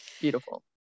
Beautiful